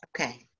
Okay